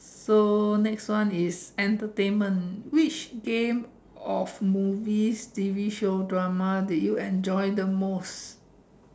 so next one is entertainment which game of movies T_V show drama did you enjoy the most